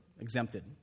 exempted